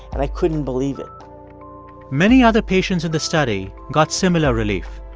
and i couldn't believe it many other patients in the study got similar relief.